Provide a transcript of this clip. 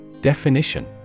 Definition